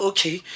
Okay